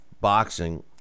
boxing